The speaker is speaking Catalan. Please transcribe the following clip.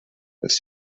els